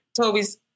Toby's